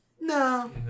No